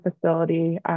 facility